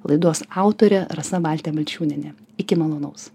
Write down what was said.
laidos autorė rasa baltė balčiūnienė iki malonaus